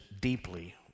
deeply